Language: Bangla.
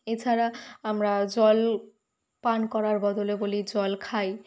এছাড়া আমরা জল পান করার বদলে বলি জল খাই